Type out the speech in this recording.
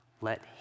Let